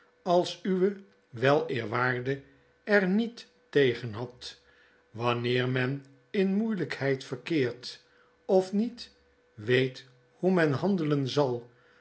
als uw weleerwaarde er niet tegen had wanneer men in moeielgkheid verkeert of niet weet hoe men handelen zal